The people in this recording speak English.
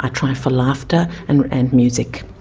i try for laughter and and music.